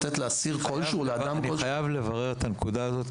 אני חייב לברר את הנקודה הזאת,